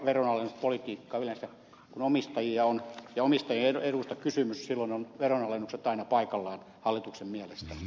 yleensä kun on omistajien eduista kysymys silloin ovat veronalennukset aina paikallaan hallituksen mielestä